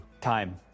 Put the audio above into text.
Time